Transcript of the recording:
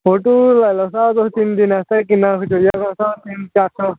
photo लाई लैओ स्हाब तुस तिन दिन आस्तै किन्ना खचोई जाह्ग उस स्हाब कन्नै कोई तिन चार सौ